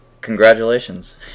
congratulations